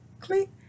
click